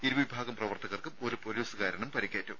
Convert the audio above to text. ഇരു വിഭാഗം പ്രവർത്തകർക്കും ഒരു പൊലീസുകാരനും പരിക്കേറ്റു